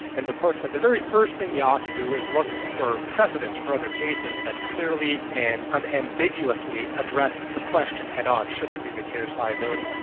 and the court said the very first thing you ought to do is look for precedents, for other cases that clearly and unambiguously address the question head-on should there be vicarious liability?